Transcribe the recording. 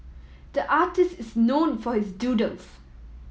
the artist is known for his doodles